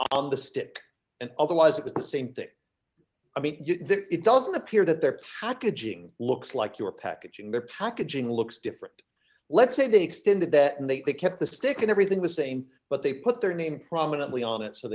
of the stick and otherwise with the same thing i mean it doesn't appear that their packaging looks like you're packaging the packaging looks different let's say they extended that and they kept the stick and everything the same but they put their name prominently on it so